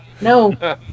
No